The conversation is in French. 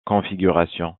configurations